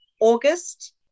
August